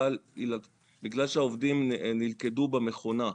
בגלל שהעובדים נלכדו במכונה.